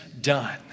done